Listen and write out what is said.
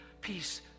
Peace